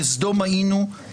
"כסדם היינו,